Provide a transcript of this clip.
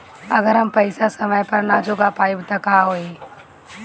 अगर हम पेईसा समय पर ना चुका पाईब त का होई?